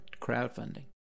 crowdfunding